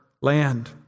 land